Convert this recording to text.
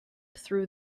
through